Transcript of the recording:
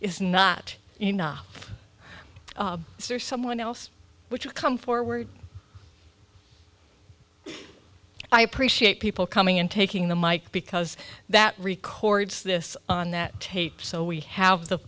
is not enough there's someone else which will come forward i appreciate people coming in taking the mike because that records this on that tape so we have the